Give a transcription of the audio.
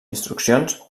instruccions